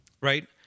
Right